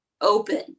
open